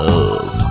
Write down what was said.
Love